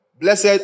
Blessed